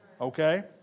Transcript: Okay